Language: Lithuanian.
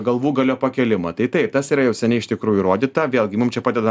galvūgalio pakėlimo tai taip tas yra jau seniai iš tikrųjų įrodyta vėlgi mum čia padeda